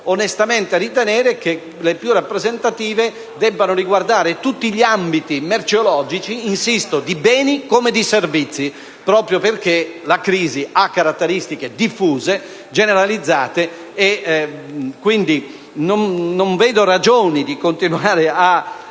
onestamente ritenere che le più rappresentative debbano riguardare tutti gli ambiti merceologici - insisto - di beni come di servizi, proprio perché la crisi ha caratteristiche diffuse, generalizzate. Quindi, pur rispettando tutte le